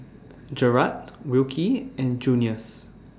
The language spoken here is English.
Jerrad Wilkie and Junious